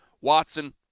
Watson